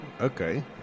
okay